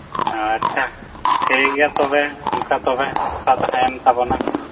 ᱟᱪᱪᱷᱟ ᱴᱷᱤᱠᱜᱮᱭᱟ ᱛᱚᱵᱮ ᱚᱱᱠᱟ ᱛᱚᱵᱮ ᱠᱟᱛᱷᱟ ᱛᱟᱦᱮᱸᱭᱮᱱ ᱛᱟᱵᱚᱱᱟ